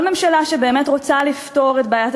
כל ממשלה שבאמת רוצה לפתור את בעיית